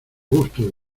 gusto